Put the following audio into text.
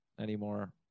anymore